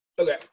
Okay